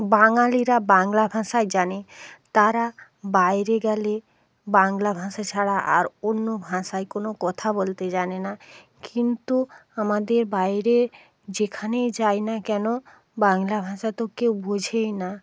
বাঙালিরা বাংলা ভাষা জানে তারা বাইরে গেলে বাংলা ভাষা ছাড়া আর অন্য ভাষায় কোনো কথা বলতে জানে না কিন্তু আমাদের বাইরে যেখানেই যাই না কেন বাংলা ভাষা তো কেউ বোঝেই না